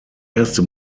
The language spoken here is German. erste